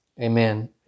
Amen